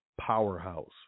powerhouse